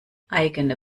eigene